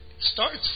starts